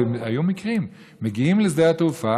והיו מקרים, מגיעים לשדה התעופה